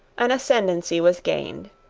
an ascendancy was gained.